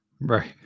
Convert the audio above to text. Right